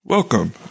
Welcome